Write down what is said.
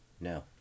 No